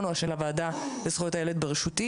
או השני של הוועדה לזכויות הילד בראשותי